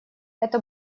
это